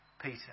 Peter